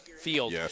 field